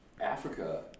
Africa